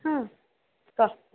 ହଁ